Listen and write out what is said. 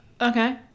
Okay